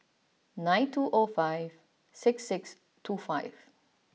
nine two O five six six two five